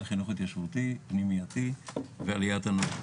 חינוך התיישבותי פנימייתי ועליית הנוער.